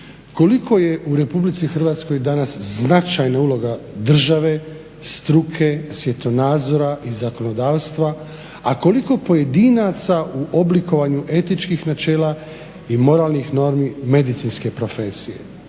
koliko je u RH danas značajna uloga države, struke, svjetonazora i zakonodavstva, a koliko pojedinaca u oblikovanju etičkih načela i moralnih normi medicinske profesije?